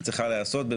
צריכה להיעשות,